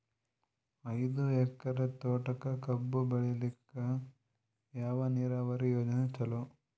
ಐದು ಎಕರೆ ತೋಟಕ ಕಬ್ಬು ಬೆಳೆಯಲಿಕ ಯಾವ ನೀರಾವರಿ ಯೋಜನೆ ಚಲೋ?